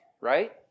right